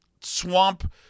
swamp